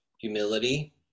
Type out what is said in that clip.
humility